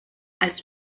als